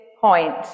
point